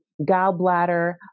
gallbladder